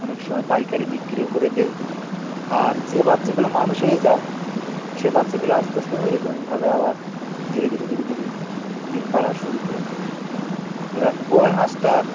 অনেক সময় পাইকারি বিক্রিও করে দিই আর যে বাচ্চাগুলো মানুষ হয়ে যায় সে বাচ্চাগুলো আস্তে আস্তে ওইরকমইভাবে আবার ধীরে ধীরে ধীরে ধীরে ডিম পাড়া শুরু করে দেয় এবার ওই হাঁসটার